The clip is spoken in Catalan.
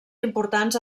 importants